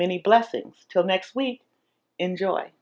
many blessings till next week enjoy